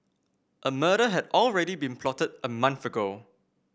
a murder had already been plotted a month ago